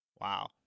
Wow